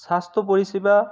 স্বাস্থ্য পরিষেবা